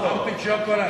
ארטיק שוקולד.